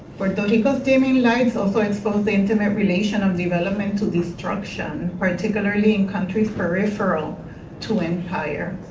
puerto rico's dimming lights also exposed the intimate relation of development to destruction. particularly in countries peripheral to empire.